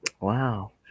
Wow